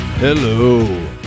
Hello